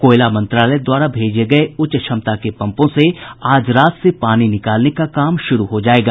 कोयला मंत्रालय द्वारा भेजे गये उच्च क्षमता के पम्पों से आज रात से पानी निकालने का काम शुरू हो जायेगा